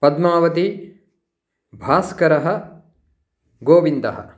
पद्मावती भास्करः गोविन्दः